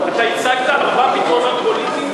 אתה הצגת ארבעה פתרונות פוליטיים?